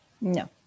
No